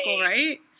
right